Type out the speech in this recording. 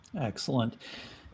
Excellent